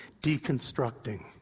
deconstructing